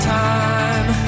time